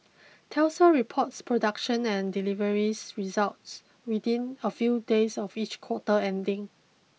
Tesla reports production and deliveries results within a few days of each quarter ending